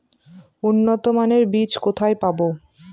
উন্নতমানের বীজ কোথায় পাব?